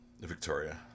Victoria